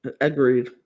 Agreed